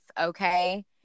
okay